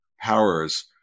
powers